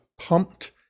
pumped